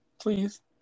Please